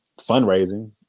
fundraising